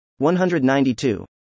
192